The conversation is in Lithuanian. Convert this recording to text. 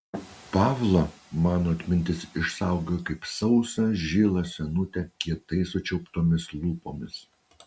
pavlą mano atmintis išsaugojo kaip sausą žilą senutę kietai sučiauptomis lūpomis